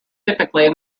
typically